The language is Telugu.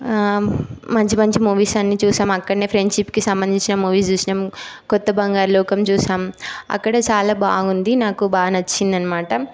మంచి మంచి మూవీస్ అన్నీ చూసాం అక్కడనే ఫ్రెండ్షిప్కి సంబంధించిన మూవీస్ చూసాం కొత్తబంగారులోకం చూసాం అక్కడ చాలా బాగుంది నాకు బా నచ్చింది అన్నమాట